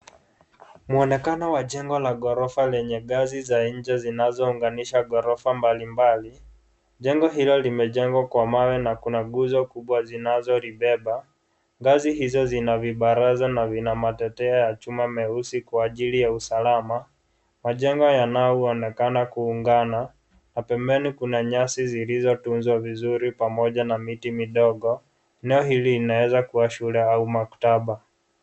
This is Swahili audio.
Muonekano wa jengo la ghorofa lenye ngazi za nje zinazounganisha ghorofa mbalimbali. Jengo hilo limejengwa kwa mawe na kuna nguzo kubwa zinazolibeba. Ngazi hizo zina vibaraza na vina matetea ya chuma meusi kwa ajili ya usalama. Majengo yanayoonekana kuungana, na pembeni kuna nyasi zilizotunzwa vizuri pamoja na miti midogo. Eneo hili linaweza kuwa shule au maktaba.